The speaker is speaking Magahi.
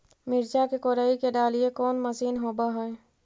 मिरचा के कोड़ई के डालीय कोन मशीन होबहय?